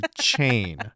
chain